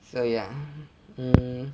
so ya um